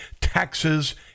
taxes